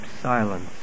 silence